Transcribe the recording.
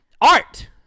Art